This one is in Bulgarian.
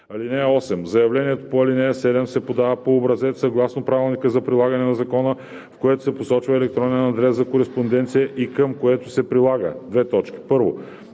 (8) Заявлението по ал. 7 се подава по образец, съгласно правилника за прилагане на закона, в което се посочва електронен адрес за кореспонденция и към което се прилага: 1. копие на